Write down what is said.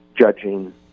judging